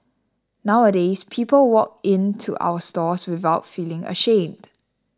nowadays people walk in to our stores without feeling ashamed